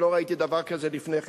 שלא ראיתי שעשו דבר כזה לפני כן,